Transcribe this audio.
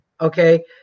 okay